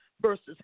versus